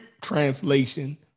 translation